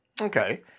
Okay